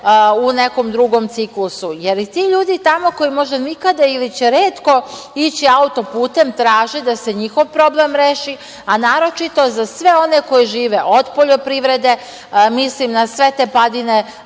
u nekom drugom ciklusu, jer i ti ljudi tamo koji možda nikada ili će retko ići auto-putem, traže da se njihov problem reši, a naročito za sve one koji žive od poljoprivrede, mislim na sve te padine,